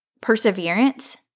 perseverance